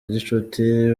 gicuti